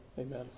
Amen